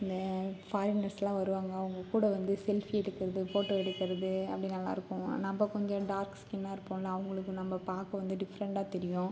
அங்கே ஃபாரினர்ஸெலாம் வருவாங்க அவங்க கூட வந்து செல்ஃபி எடுக்கிறது ஃபோட்டோ எடுக்கிறது அப்டி நல்லாருக்கும் நம்ப கொஞ்சம் டார்க் ஸ்கின்னாக இருப்போம்ல அவங்களுக்கு நம்மை பார்க்க வந்து டிஃப்ரென்ட்டாக தெரியும்